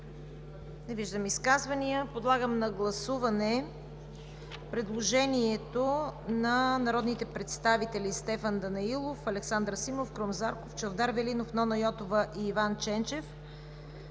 Не виждам. Подлагам на гласуване предложението на народните представители Стефан Данаилов, Александър Симов, Крум Зарков, Чавдар Велинов, Нона Йотова и Иван Ченчев